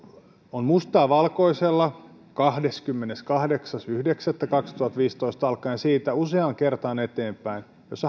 on mustaa valkoisella kahdeskymmeneskahdeksas yhdeksättä kaksituhattaviisitoista alkaen siitä useaan kertaan eteenpäin että